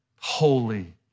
Holy